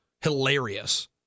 hilarious